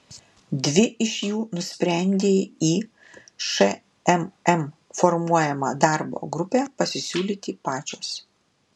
dvi iš jų nusprendė į šmm formuojamą darbo grupę pasisiūlyti pačios